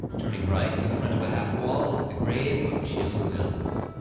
turning right in front of a half wall is the grave of chill wills.